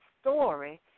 story